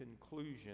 conclusion